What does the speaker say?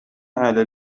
على